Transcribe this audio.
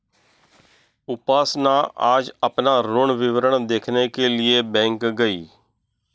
उपासना आज अपना ऋण विवरण देखने के लिए बैंक गई